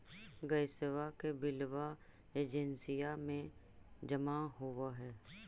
गैसवा के बिलवा एजेंसिया मे जमा होव है?